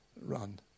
run